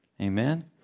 Amen